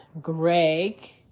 Greg